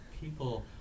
people